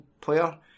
player